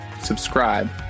subscribe